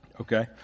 okay